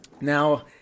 Now